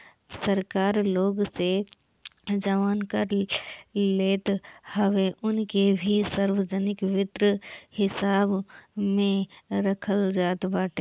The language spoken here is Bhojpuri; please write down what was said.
सरकार लोग से जवन कर लेत हवे उ के भी सार्वजनिक वित्त हिसाब में रखल जात बाटे